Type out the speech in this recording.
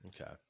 okay